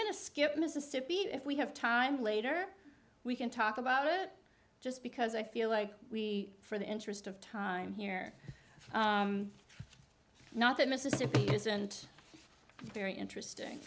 going to skip mississippi if we have time later we can talk about it just because i feel like we for the interest of time here not that mississippi isn't very interesting